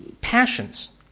passions